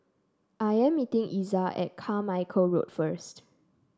I am meeting Iza at Carmichael Road first